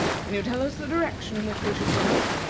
can you tell us the direction in which we should go?